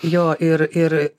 jo ir ir